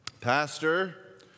Pastor